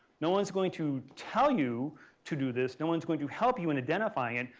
no one's going to tell you to do this. no one's going to help you in identifying it.